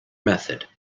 method